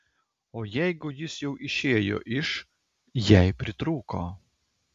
o jeigu jis jau išėjo iš jei pritrūko